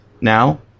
now